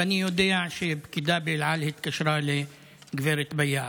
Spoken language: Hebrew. ואני יודע שפקידה באל על התקשרה לגב' ביאעה.